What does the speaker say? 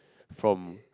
from